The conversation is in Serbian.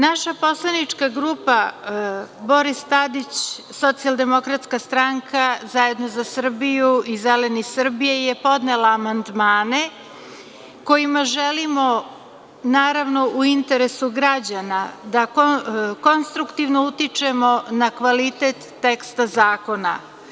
Naša poslanička grupa Boris Tadić, Socijaldemokratska stranka, Zajedno za Srbiju i Zeleni Srbije je podnela amandmane kojima želimo naravno u interesu građana da konstruktivno utičemo na kvalitet teksta zakona.